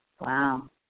Wow